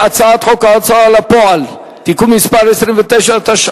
הצעת חוק ההוצאה לפועל (תיקון מס' 29) (תיקון),